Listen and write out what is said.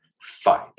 fight